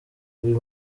uyu